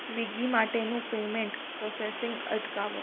Swiggy માટેનું payment processing અટકાવો